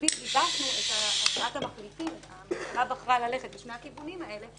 במקביל גיבשנו את הצעת המחליטים שהממשלה בחרה ללכת בשני הכיוונים האלה,